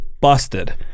busted